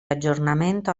aggiornamento